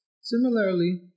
Similarly